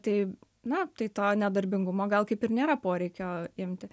tai na tai to nedarbingumo gal kaip ir nėra poreikio imti